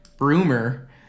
rumor